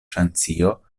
francio